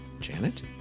Janet